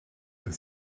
the